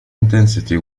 intensity